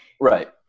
Right